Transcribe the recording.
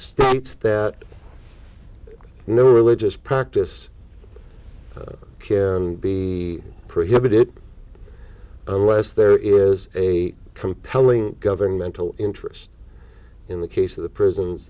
states that no religious practice can be prohibited unless there is a compelling governmental interest in the case of the prisons